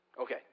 Okay